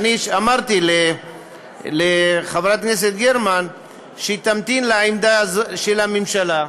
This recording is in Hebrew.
ואמרתי לחברת הכנסת גרמן שהיא תמתין לעמדה של הממשלה,